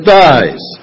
dies